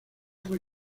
fue